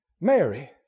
Mary